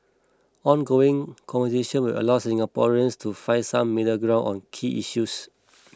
ongoing conversation will allow Singaporeans to find some middle ground on key issues